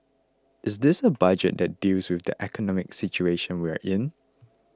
is this a Budget that deals with the economic situation we are in